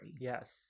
Yes